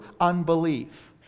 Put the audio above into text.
unbelief